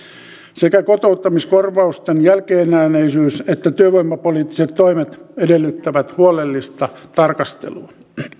sekä kotouttamiskorvausten jälkeenjääneisyys että työvoimapoliittiset toimet edellyttävät huolellista tarkastelua